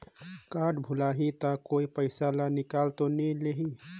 Card भुलाही ता कोई पईसा ला निकाल तो नि लेही?